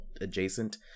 adjacent